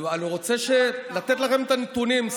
אני רוצה לתת לכם את הנתונים.